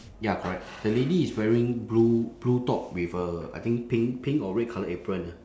ya correct the lady is wearing blue blue top with a I think pink pink or red colour apron ah